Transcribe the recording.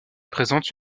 présentent